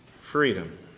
Freedom